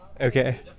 Okay